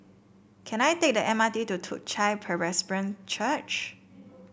can I take the M R T to Toong Chai Presbyterian Church